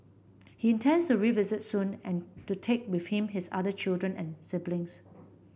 he intends to revisit soon and to take with him his other children and siblings